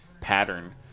pattern